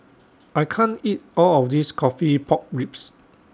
I can't eat All of This Coffee Pork Ribs